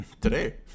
today